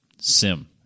sim